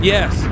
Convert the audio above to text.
Yes